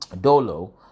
Dolo